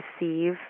receive